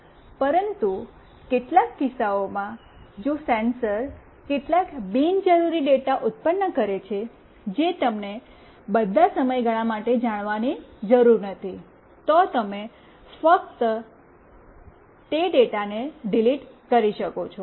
પરંતુ કેટલાક કિસ્સાઓમાં જો સેન્સર્સ કેટલાક બિનજરૂરી ડેટા ઉત્પન્ન કરે છે જે તમને બધા સમયગાળા માટે જાણવાની જરૂર નથી તો તમે ફક્ત તે ડેટા ને ડિલીટ કરી શકો છો